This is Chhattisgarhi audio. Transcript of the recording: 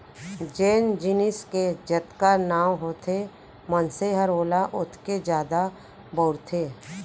जेन जिनिस के जतका नांव होथे मनसे हर ओला ओतके जादा बउरथे